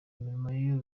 imirimo